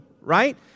right